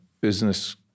business